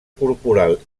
corporal